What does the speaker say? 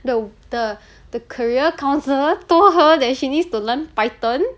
the the the career counsellor told her that she needs to learn python